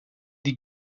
die